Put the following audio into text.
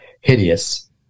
hideous